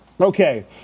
Okay